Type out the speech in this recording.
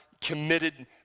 committed